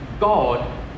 God